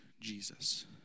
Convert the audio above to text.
Jesus